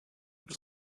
was